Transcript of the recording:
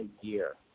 year